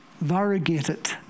variegated